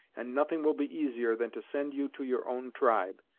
and nothing will be easier than to send you to your own tribe,